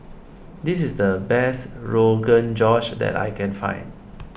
this is the best Rogan Josh that I can find